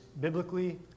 biblically